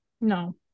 No